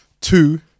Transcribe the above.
two